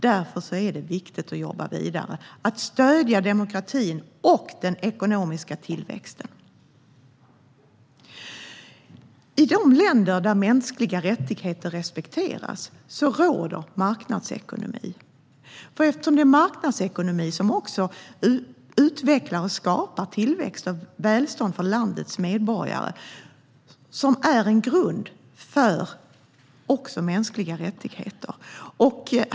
Därför är det viktigt att jobba vidare och att stödja demokratin och den ekonomiska tillväxten. I de länder där mänskliga rättigheter respekteras råder marknadsekonomi. Det är marknadsekonomi som utvecklar och skapar tillväxt och välstånd för landets medborgare, som är en grund för mänskliga rättigheter.